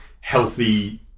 healthy